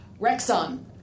Rexon